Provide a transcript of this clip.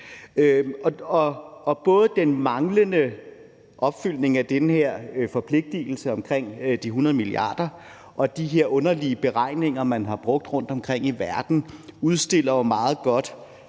Både den manglende opfyldelse af den her forpligtelse omkring de 100 mia. kr. og de her underlige beregninger, man har brugt rundtomkring i verden, udstiller jo meget godt